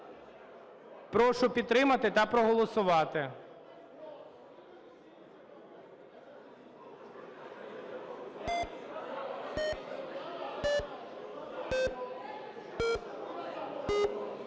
Прошу підтримати та проголосувати.